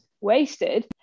wasted